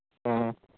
ꯑꯣ